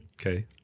Okay